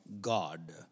God